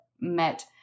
met